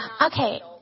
Okay